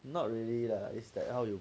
not really lah is like how